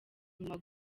muma